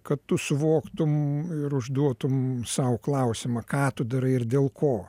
kad tu suvoktum ir užduotum sau klausimą ką tu darai ir dėl ko